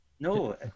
No